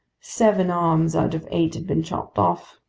seven arms out of eight had been chopped off.